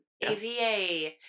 AVA